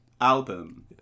album